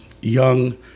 young